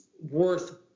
worth